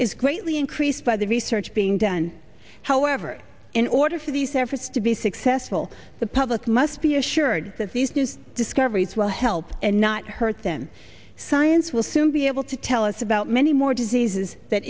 is greatly increased by the research being done however in order for these efforts to be successful the public must be assured that these new discoveries will help and not hurt them science will soon be able to tell us about many more diseases that